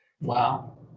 Wow